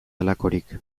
halakorik